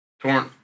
torn